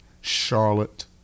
Charlotte